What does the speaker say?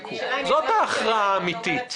זאת ההכרעה האמיתית.